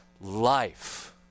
life